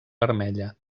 vermella